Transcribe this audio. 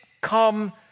come